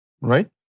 Right